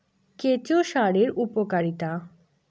কেঁচো সারের উপকারিতা?